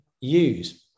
use